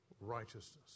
righteousness